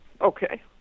Okay